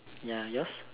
ya yours